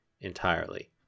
entirely